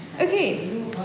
Okay